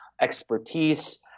expertise